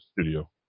studio